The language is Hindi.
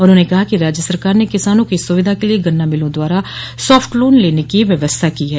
उन्होंने कहा कि राज्य सरकार ने किसानों की सुविधा के लिए गन्ना मिलों द्वारा साफ्ट लोन लेने की व्यवस्था की है